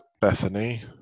Bethany